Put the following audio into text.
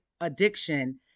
addiction